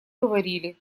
говорили